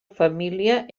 família